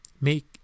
make